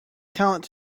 talent